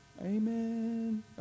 Amen